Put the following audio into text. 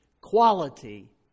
quality